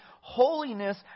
holiness